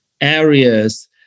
areas